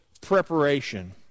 preparation